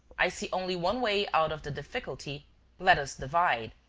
i see only one way out of the difficulty let us divide.